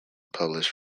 published